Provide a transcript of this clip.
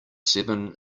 seven